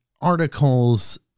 articles